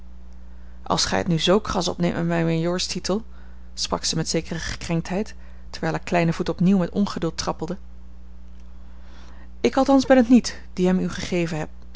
als gij het nu zoo kras opneemt met mijn majoorstitel sprak ze met zekere gekrenktheid terwijl haar kleine voet opnieuw met ongeduld trappelde ik althans ben het niet die hem u gegeven